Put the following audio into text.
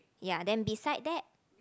ya then beside that